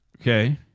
Okay